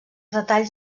detalls